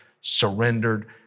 surrendered